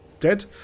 dead